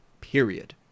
period